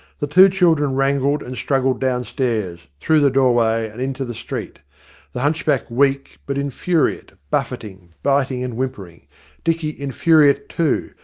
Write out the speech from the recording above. the two children wrangled and struggled down stairs, through the doorway and into the street the hunchback weak, but infuriate, buffeting, biting and whimpering dicky infuriate too,